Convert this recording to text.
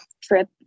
Trip